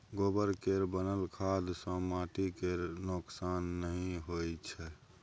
गोबर केर बनल खाद सँ माटि केर नोक्सान नहि होइ छै